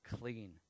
clean